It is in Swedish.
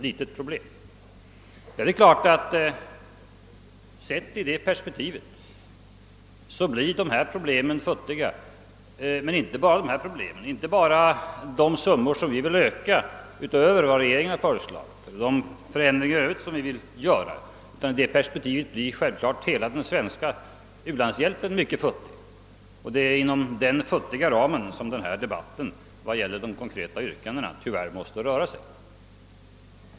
Det är klart att sett ur detta perspektiv blir dessa problem futtiga, men det gäller inte bara dem. Det gäller inte bara de belopp som vi vill öka anslagen med utöver vad regeringen föreslagit och de förändringar i övrigt som vi vill göra; i det perspektivet blir hela den svenska u-landshjälpen mycket futtig. Det är emellertid inom denna futtiga ram som den här debatten vad gäller de konkreta yrkandena tyvärr måste röra sig.